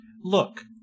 Look